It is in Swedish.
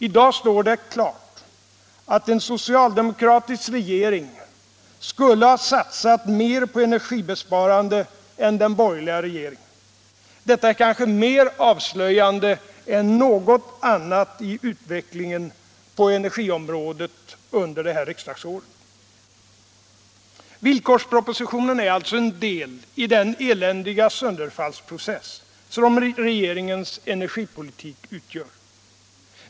I dag står det «Klart att en socialdemokratisk regering skulle ha satsat mer på energisparande än den borgerliga regeringen. Detta är kanske mer avslöjande än något annat i utvecklingen på energiområdet under det här riksdagsåret. Villkorspropositionen är alltså en del i den eländiga sönderfallsprocess som regeringens energipolitik utgör.